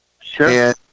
Sure